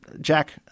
Jack